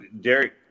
Derek